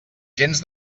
gens